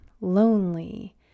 lonely